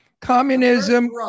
Communism